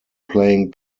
playing